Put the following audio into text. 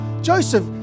Joseph